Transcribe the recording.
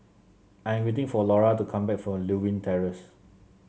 I am waiting for Lora to come back from Lewin Terrace